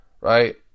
right